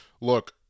Look